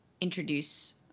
introduce